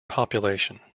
population